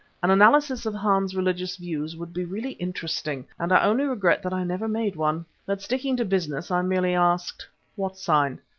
an analysis of hans's religious views would be really interesting, and i only regret that i never made one. but sticking to business i merely asked what sign?